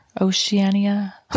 Oceania